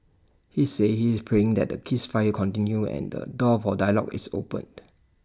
he said he is praying that the ceasefire continues and the door for dialogue is opened